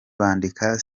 bandika